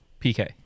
PK